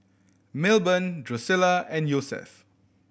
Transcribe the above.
Milburn Drusilla and Josef